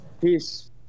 peace